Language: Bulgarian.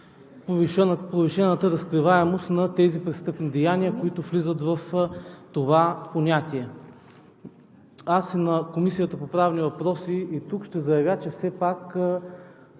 повишената разкриваемост на тези престъпни деяния, които влизат в това понятие. Аз и на Комисията по правни въпроси, и тук ще заявя, че все пак